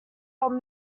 old